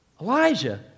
Elijah